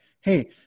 Hey